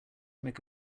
make